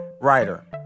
writer